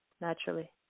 naturally